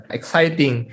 exciting